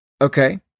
Okay